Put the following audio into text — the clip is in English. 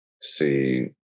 see